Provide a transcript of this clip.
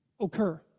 occur